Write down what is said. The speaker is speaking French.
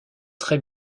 très